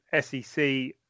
SEC